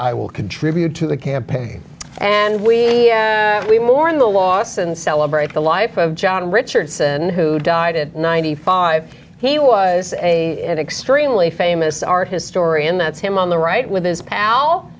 i will contribute to the campaign and we mourn the loss and celebrate the life of john richardson who died at ninety five he was a extremely famous art historian that's him on the right with his pal well